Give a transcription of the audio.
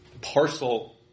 parcel